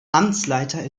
amtsleiter